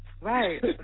Right